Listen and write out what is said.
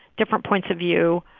different points of view,